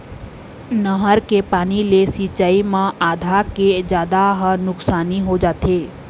नहर के पानी ले सिंचई म आधा के जादा ह नुकसानी हो जाथे